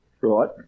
Right